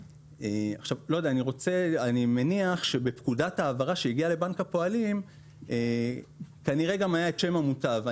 אני מניח שבפקודת ההעברה שהגיעה לבנק הפועלים כנראה גם היה את שם המוטב.